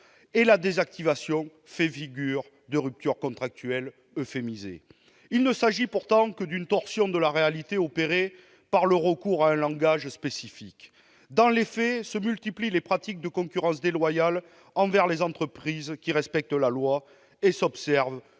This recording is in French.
et la désactivation fait figure de rupture contractuelle « euphémisée ». Il ne s'agit pourtant que d'une torsion de la réalité opérée par le recours à un langage spécifique. Dans les faits se multiplient les pratiques de concurrence déloyale envers les entreprises qui respectent la loi et s'observe